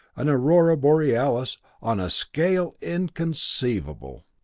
an aurora borealis on a scale inconceivable!